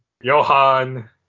Johan